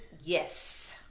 Yes